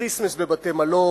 כריסטמס בבתי-מלון.